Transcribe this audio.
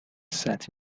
set